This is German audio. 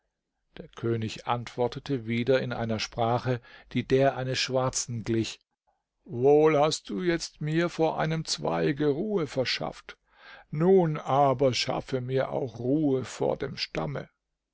der könig antwortete wieder in einer sprache die der eines schwarzen glich wohl hast du jetzt mir vor einem zweige ruhe verschafft nun aber schaffe mir auch ruhe vor dem stamme